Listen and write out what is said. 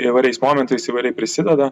įvairiais momentais įvairiai prisideda